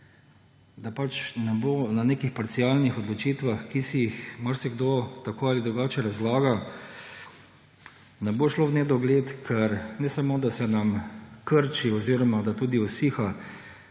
da ne bo na nekih parcialnih odločitvah, ki si jih marsikdo tako ali drugače razlaga. To ne bo šlo v nedogled, ker ne samo da se nam krči oziroma da tudi usiha